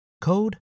code